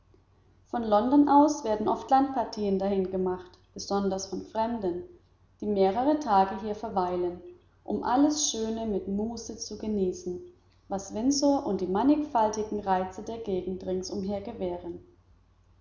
von london aus werden oft landpartien dahin gemacht besonders von fremden die mehrere tage hier verweilen um alles schöne mit muße zu genießen was windsor und die mannigfaltigen reize der gegend ringsumher gewähren